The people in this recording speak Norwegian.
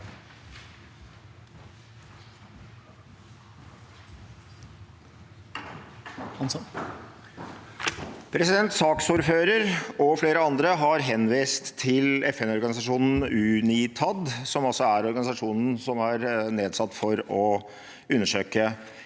Saksordføre- ren og flere andre har henvist til FN-organisasjon UNITAD, som er organisasjonen som er nedsatt for å undersøke